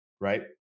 Right